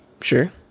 Sure